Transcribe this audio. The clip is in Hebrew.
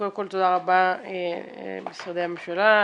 קודם כל תודה רבה למשרדי הממשלה,